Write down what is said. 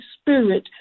Spirit